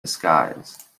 disguise